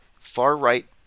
far-right